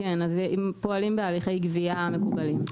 כן, הם פועלים בהליכי הגבייה המקובלים.